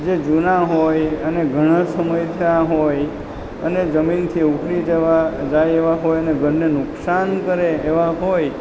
જે જૂના હોય અને ઘણાં સમય ત્યાં હોય અને જમીનથી ઊખડી જવા જાય એવાં હોય અને ઘરને નુકસાન કરે એવાં હોય